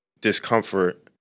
discomfort